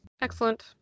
Excellent